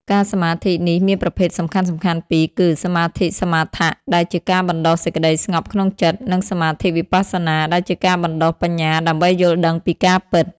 ការសមាធិនេះមានប្រភេទសំខាន់ៗពីរគឺ សមាធិសមាថៈ ដែលជាការបណ្ដុះសេចក្ដីស្ងប់ក្នុងចិត្ត និង សមាធិវិបស្សនា ដែលជាការបណ្ដុះបញ្ញាដើម្បីយល់ដឹងពីការពិត។